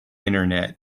internet